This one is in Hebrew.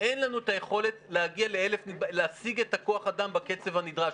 אין לנו את היכולת להשיג את כוח האדם בקצב הנדרש.